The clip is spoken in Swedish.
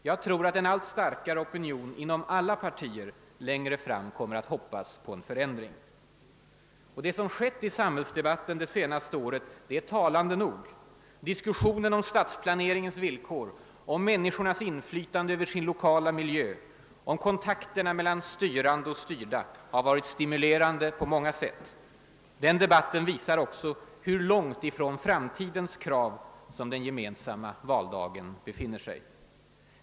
Jag tror att en allt starkare opinion inom alla partier kommer att hoppas på en förändring längre fram. Det som ägt rum i samhällsdebatten under det senaste året är talande nog. Diskussionen om samhällsplaneringens villkor, om människornas inflytande över sin lokala miljö och om kontakterna mellan styrande och styrda har varit stimulerande på många sätt. Den debatten visar också hur långt ifrån framtidens krav som den gemensamma valdagen befinner sig.